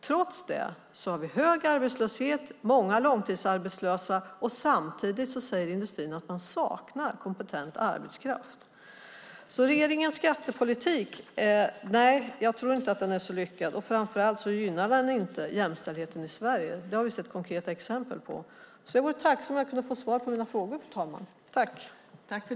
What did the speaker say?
Trots det har vi hög arbetslöshet och många långtidsarbetslösa. Samtidigt säger industrin att man saknar kompetent arbetskraft. Jag tror inte att regeringens skattepolitik är så lyckad, och framför allt gynnar den inte jämställdheten i Sverige. Det har vi sett konkreta exempel på. Jag vore därför tacksam om jag kunde få svar på mina frågor.